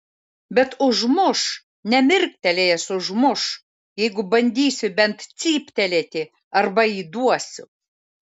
bet užmuš nemirktelėjęs užmuš jeigu bandysiu bent cyptelėti arba įduosiu